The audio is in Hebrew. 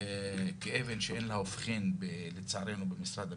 כאבן שאין לה הופכין לצערנו במשרד המשפטים.